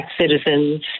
citizens